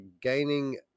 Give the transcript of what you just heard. gaining